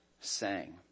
sang